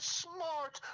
smart